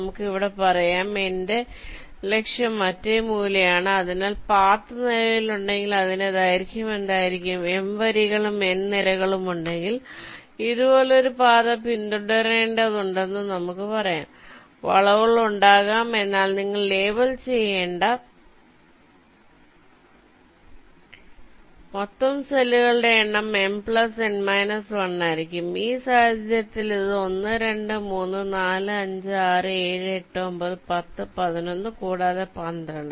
നമുക്ക് ഇവിടെ പറയാം എന്റെ ലക്ഷ്യം മറ്റേ മൂലയാണ് അതിനാൽ പാത്ത് നിലവിലുണ്ടെങ്കിൽ അതിന്റെ ദൈർഘ്യം എന്തായിരിക്കും M വരികളും N നിരകളും ഉണ്ടെങ്കിൽ ഇതുപോലൊരു പാത പിന്തുടരേണ്ടതുണ്ടെന്ന് നമുക്ക് പറയാം വളവുകളുണ്ടാകാം എന്നാൽ നിങ്ങൾ ലേബൽ ചെയ്യേണ്ട മൊത്തം സെല്ലുകളുടെ എണ്ണം M N − 1 ആയിരിക്കും ഈ സാഹചര്യത്തിൽ അത് 1 2 3 4 5 6 7 8 9 10 11 കൂടാതെ 12